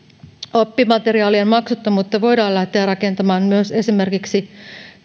oppimateriaalien maksuttomuutta voidaan lähteä rakentamaan myös esimerkiksi